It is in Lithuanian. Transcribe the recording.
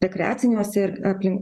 rekreaciniuose ir aplink